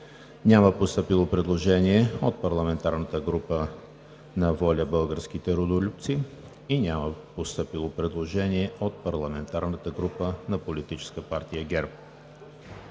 Няма постъпило предложение от парламентарната група на „Воля – Българските Родолюбци“. Няма постъпило предложение от парламентарната група на Политическа партия ГЕРБ.